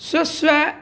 स्व स्व